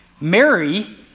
Mary